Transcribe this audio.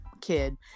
kid